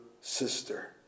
sister